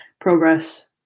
Progress